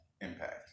Impact